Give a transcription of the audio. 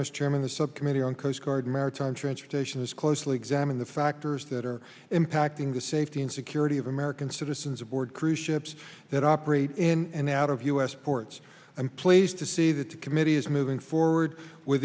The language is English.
chairman the subcommittee on coast guard maritime transportation is closely examine the factors that are impacting the safety and security of american citizens aboard cruise ships that operate in and out of u s ports i'm pleased to see that the committee is moving forward with